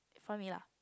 for me lah